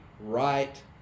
right